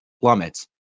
plummets